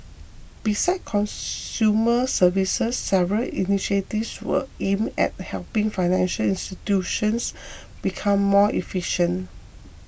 besides consumer services several initiatives were aimed at helping financial institutions become more efficient